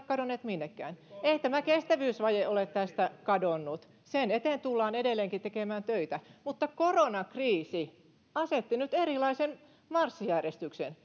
kadonneet minnekään eihän tämä kestävyysvaje ole tästä kadonnut sen eteen tullaan edelleenkin tekemään töitä mutta koronakriisi asetti nyt erilaisen marssijärjestyksen